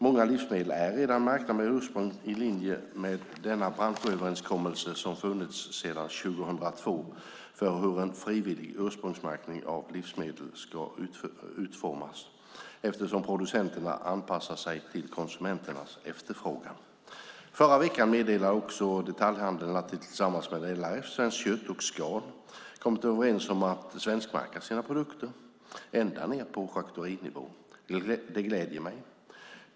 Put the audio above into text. Många livsmedel är redan märkta med ursprung i linje med den branschöverenskommelse som funnits sedan 2002 för hur en frivillig ursprungsmärkning av livsmedel ska utformas, eftersom producenterna anpassar sig till konsumenternas efterfrågan. Förra veckan meddelade också detaljhandeln att de tillsammans med LRF, Svenskt Kött och Scan kommit överens om att svenskmärka sina produkter, ända ned på charkuterinivå. Detta gläder mig.